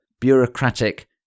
bureaucratic